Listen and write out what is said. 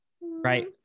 Right